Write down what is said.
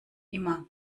immer